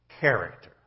character